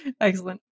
Excellent